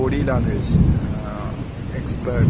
body language expert